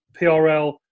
prl